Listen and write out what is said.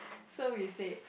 so we said